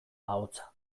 ahotsa